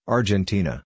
Argentina